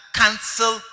cancel